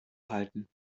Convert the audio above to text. halten